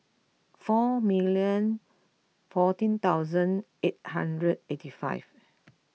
four million fourteen thousand eight hundred eighty five